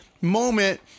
moment